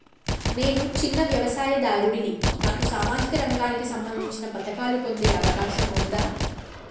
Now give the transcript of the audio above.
నేను చిన్న వ్యవసాయదారుడిని నాకు సామాజిక రంగానికి సంబంధించిన పథకాలు పొందే అవకాశం ఉందా?